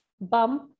bump